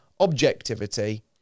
objectivity